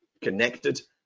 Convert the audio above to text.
connected